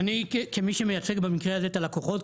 אני כמי שמייצג במקרה הזה את הלקוחות,